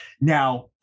Now